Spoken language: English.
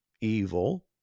evil